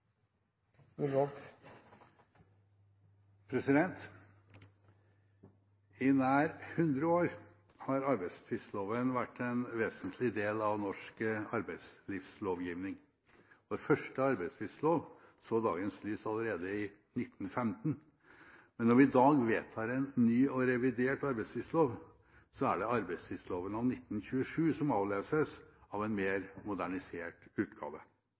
avsluttet. I nær 100 år har arbeidstvistloven vært en vesentlig del av norsk arbeidslivslovgivning. Vår første arbeidstvistlov så dagens lys allerede i 1915. Men når vi i dag vedtar en ny og revidert arbeidstvistlov, er det arbeidstvistloven av 1927 som avløses av en mer modernisert utgave.